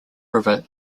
river